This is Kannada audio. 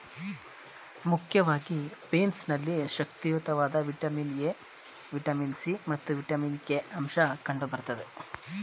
ಮುಖ್ಯವಾಗಿ ಬೀನ್ಸ್ ನಲ್ಲಿ ಶಕ್ತಿಯುತವಾದ ವಿಟಮಿನ್ ಎ, ವಿಟಮಿನ್ ಸಿ ಮತ್ತು ವಿಟಮಿನ್ ಕೆ ಅಂಶ ಕಂಡು ಬರ್ತದೆ